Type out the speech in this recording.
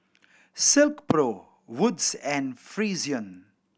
Silkpro Wood's and Frixion